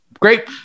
great